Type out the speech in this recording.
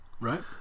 Right